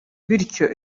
bityo